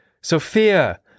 Sophia